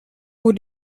would